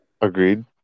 Agreed